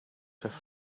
have